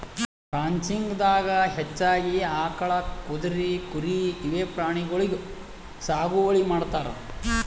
ranching ದಾಗಾ ಹೆಚ್ಚಾಗಿ ಆಕಳ್, ಕುದ್ರಿ, ಕುರಿ ಇವೆ ಪ್ರಾಣಿಗೊಳಿಗ್ ಸಾಗುವಳಿ ಮಾಡ್ತಾರ್